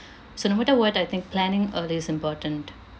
so no matter what I think planning early is important